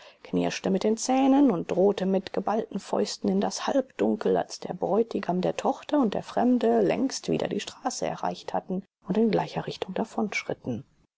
knirschte mit den zähnen und drohte mit geballten fäusten in das nachtdunkel als der bräutigam der tochter und der fremde längst wieder die straße erreicht hatten und in gleicher richtung